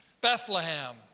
Bethlehem